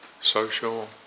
social